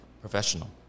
professional